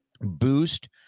boost